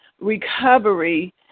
recovery